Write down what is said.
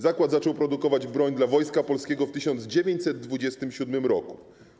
Zakład zaczął produkować broń dla Wojska Polskiego w 1927 r.